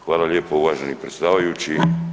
Hvala lijepo uvaženi predsjedavajući.